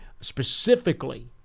Specifically